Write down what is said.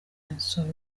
nsoro